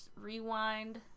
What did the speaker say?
Rewind